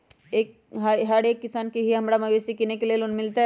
हम एक किसान हिए हमरा मवेसी किनैले लोन मिलतै?